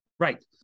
Right